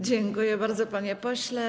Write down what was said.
Dziękuję bardzo, panie pośle.